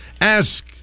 Ask